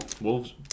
wolves